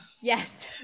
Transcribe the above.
Yes